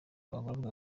abagororwa